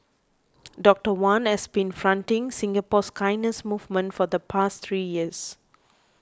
Doctor Wan has been fronting Singapore's kindness movement for the past three years